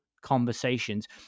conversations